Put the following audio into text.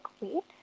Wait